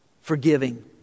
forgiving